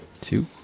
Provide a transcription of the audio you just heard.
two